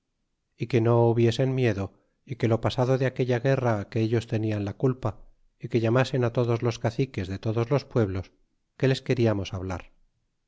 y que no hubiesen miedo y que lo pasado de aquella guerra que ellos tenian la culpa y que llamasen todos los caciques de todos los pueblos que les queriamos hablar